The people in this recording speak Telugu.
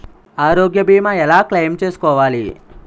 ఆరోగ్య భీమా ఎలా క్లైమ్ చేసుకోవాలి?